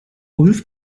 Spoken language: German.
ulf